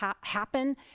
happen